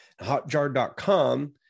hotjar.com